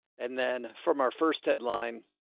and then from our first headline.